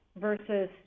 versus